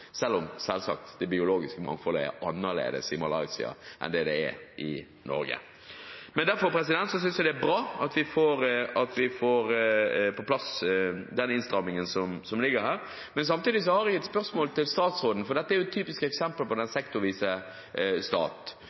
selv om det biologiske mangfoldet selvsagt er annerledes i Malaysia enn det det er i Norge. Derfor synes jeg det er bra at vi får på plass den innstrammingen som ligger her. Samtidig har jeg et spørsmål til statsråden, for dette er jo et typisk eksempel på den sektoriserte stat.